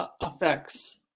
affects